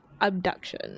abduction